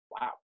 wow